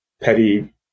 petty